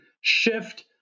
shift